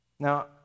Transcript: Now